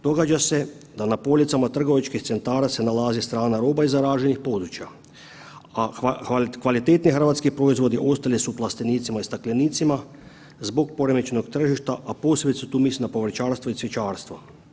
Događa se da na policama trgovačkih centara se nalazi strana roba iz zaraženih područja, a kvalitetni hrvatski proizvodi ostali su u plastenicima i staklenicima zbog poremećenog tržišta, a posebno tu mislim na povrćarstvo i cvjećarstvo.